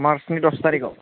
मार्चनि दस थारिखआव